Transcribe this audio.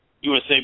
USA